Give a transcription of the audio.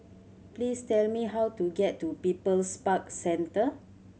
please tell me how to get to People's Park Centre